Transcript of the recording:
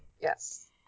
Yes